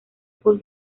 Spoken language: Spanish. school